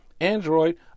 Android